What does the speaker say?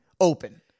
open